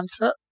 answer